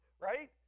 Right